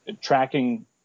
tracking